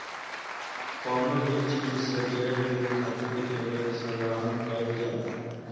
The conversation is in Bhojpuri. कवनो भी चीज जे ढेर दिन खातिर एमे संग्रहण कइल जाला